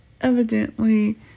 evidently